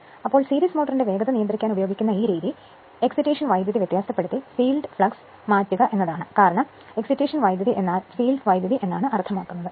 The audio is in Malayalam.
അതിനാൽ സീരീസ് മോട്ടറിന്റെ വേഗത നിയന്ത്രിക്കാൻ ഉപയോഗിക്കുന്ന ഈ രീതി എക്സിറ്റേഷൻ വൈദ്യുതി വ്യത്യാസപ്പെടുത്തി ഫീൽഡ് ഫ്ലക്സ് മാറ്റുക എന്നതാണ് കാരണം എക്സിറ്റേഷൻ വൈദ്യുതി എന്നാൽ ഫീൽഡ് വൈദ്യുതി എന്നാണ് അർത്ഥമാക്കുന്നത്